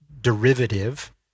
derivative